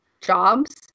jobs